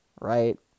right